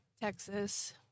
texas